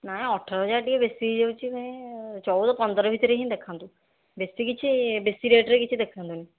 ନାଇଁ ଅଠର ହଜାର ଟିକିଏ ବେଶୀ ହୋଇଯାଉଛି ଭାଇ ଚଉଦ ପନ୍ଦର ଭିତରେ ହିଁ ଦେଖାନ୍ତୁ ବେଶୀ କିଛି ବେଶୀ ରେଟ୍ରେ କିଛି ଦେଖାନ୍ତୁନି